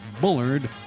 Bullard